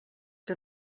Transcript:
que